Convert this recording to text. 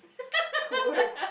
toward